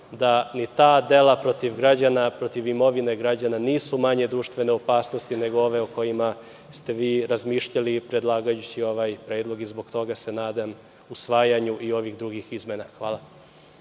da ni ta dela protiv građana, protiv imovine građana nisu manje društvene opasnosti, nego ove o kojima ste vi razmišljali predlagajući ovaj predlog i zbog toga se nadam usvajanju i ovih drugih izmena. Hvala.